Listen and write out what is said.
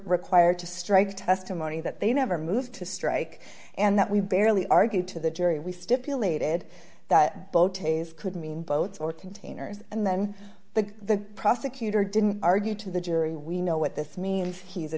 required to strike testimony that they never moved to strike and that we barely argued to the jury we stipulated that boaties could mean boats or containers and then the prosecutor didn't argue to the jury we know what this means he's a